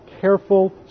careful